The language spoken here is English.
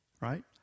right